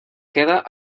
queda